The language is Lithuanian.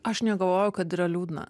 aš negalvoju kad yra liūdna